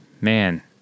man